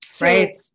Right